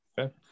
Okay